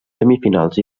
semifinals